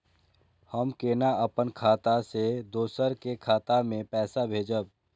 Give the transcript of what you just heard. हम केना अपन खाता से दोसर के खाता में पैसा भेजब?